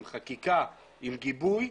עם חקיקה ועם גיבוי,